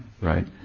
right